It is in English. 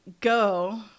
go